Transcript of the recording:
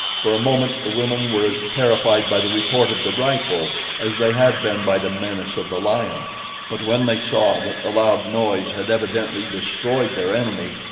for a moment the women were as terrified by the report of the rifle as they had been by the menace of the lion but when they saw that the loud noise had evidently destroyed their enemy,